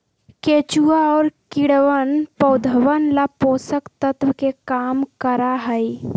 केचुआ और कीड़वन पौधवन ला पोषक तत्व के काम करा हई